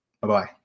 Bye-bye